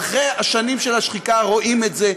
ואחרי השנים של השחיקה רואים את זה.